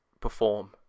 perform